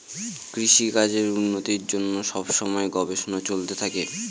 কৃষিকাজের উন্নতির জন্য সব সময় গবেষণা চলতে থাকে